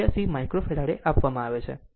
89 micro farad આપવામાં આવે છે